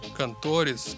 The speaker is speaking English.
cantores